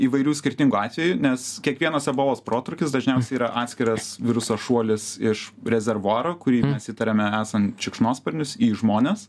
įvairių skirtingų atvejų nes kiekvienas ebolos protrūkis dažniausiai yra atskiras viruso šuolis iš rezervuaro kurį mes įtariame esant šikšnosparnius į žmones